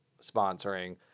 sponsoring